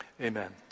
amen